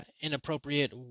inappropriate